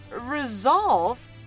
resolve